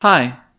Hi